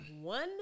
one